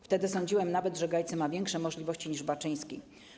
Wtedy sądziłem nawet, że Gajcy ma większe możliwości niż Baczyński.